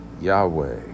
Yahweh